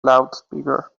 loudspeaker